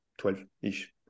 12-ish